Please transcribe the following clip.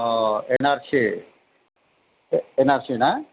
NRC NRC ना